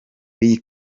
b’iyi